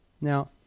Now